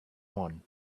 one